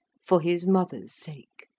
for his mother's sake.